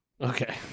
Okay